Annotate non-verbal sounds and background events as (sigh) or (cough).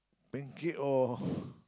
pancake or (breath)